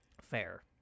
Fair